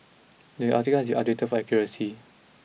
the article has updated for accuracy